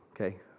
okay